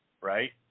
right